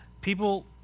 people